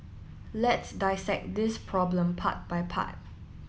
let's dissect this problem part by part